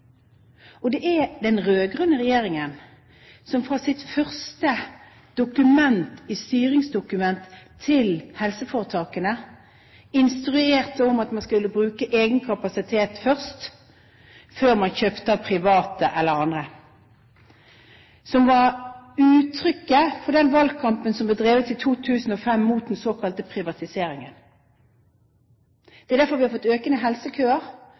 Det er den rød-grønne regjeringen som i sitt første styringsdokument til helseforetakene instruerte om at man skulle bruke egen kapasitet først før man kjøpte av private eller andre. Det ble uttrykt i valgkampen som ble drevet i 2005, mot den såkalte privatiseringen. Det er derfor vi har fått økende helsekøer,